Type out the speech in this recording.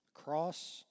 Cross